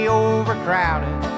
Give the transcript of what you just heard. overcrowded